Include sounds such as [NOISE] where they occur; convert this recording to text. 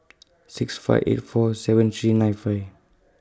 [NOISE] six five eight four seven three nine five